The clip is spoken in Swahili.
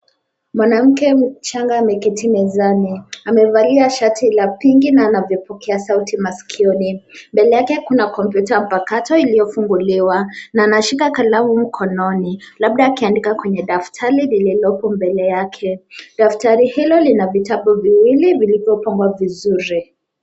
Mwanamke mchanga ameketi mezani, amevalia shati la pinki na anapokea sauti maskioni. Mbele yake kumputa pakato iliyofunguliwa na anashika kalamu mkononi labda akiandika kwenye daftari lililopo mbele yake .Daftari hilo Lina vitabu viwili vilivyopangwa vizuri